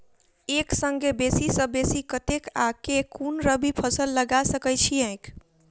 एक संगे बेसी सऽ बेसी कतेक आ केँ कुन रबी फसल लगा सकै छियैक?